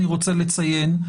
אני רוצה לציין,